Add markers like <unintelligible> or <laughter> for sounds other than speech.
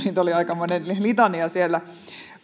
<unintelligible> niitä oli aikamoinen litania siellä